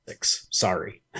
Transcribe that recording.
sorry